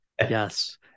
Yes